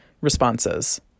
responses